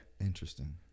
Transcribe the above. Interesting